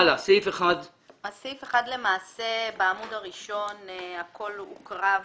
סעיף 1. סעיף 1 בעמוד הראשון למעשה הוקרא והוסכם.